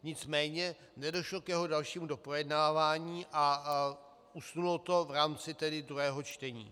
Nicméně nedošlo k jeho dalšímu doprojednávání a usnulo to v rámci tedy druhého čtení.